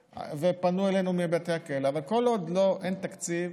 ופנו אלינו מבתי הכלא, אבל כל עוד אין תקציב,